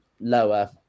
lower